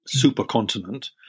supercontinent